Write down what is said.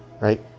right